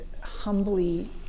humbly